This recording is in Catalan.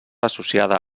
associada